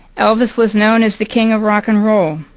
elvis was known as the king of rock and roll.